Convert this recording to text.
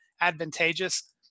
advantageous